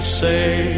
say